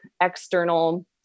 external